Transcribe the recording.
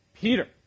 Peter